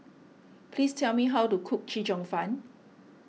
please tell me how to cook Chee Cheong Fun